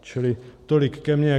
Čili tolik ke mně.